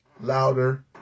louder